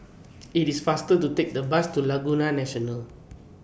IT IS faster to Take The Bus to Laguna National